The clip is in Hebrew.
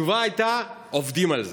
התשובה הייתה: עובדים על זה.